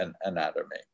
anatomy